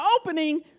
opening